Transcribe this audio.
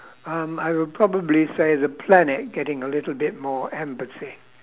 um I would probably say the planet getting a little bit more empathy